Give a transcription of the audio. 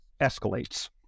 escalates